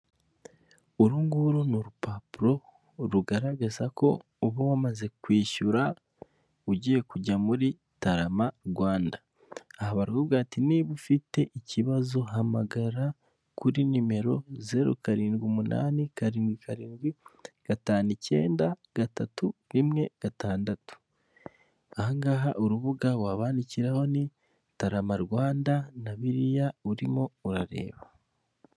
urunguru ni urupapuro rugaragaza ko uba wamaze kwishyura ugiye kujya muri tarama rwanda aha baravuga bati niba ufite ikibazo hamagara kuri nimero zeru karindwi umunani kariwi karindwi gatanu icyenda gatatu rimwe gatandatu ahangaha urubuga wabandikiraho ni tarama rwanda na biriya urimo urareba .